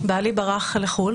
בעלי ברח לחו"ל